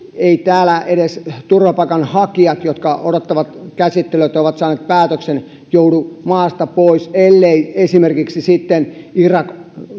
eivät täällä edes turvapaikanhakijat jotka odottavat käsittelyä tai ovat saaneet päätöksen joudu maasta pois ellei esimerkiksi sitten irak jos